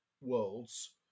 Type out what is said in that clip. worlds